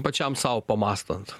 pačiam sau pamąstant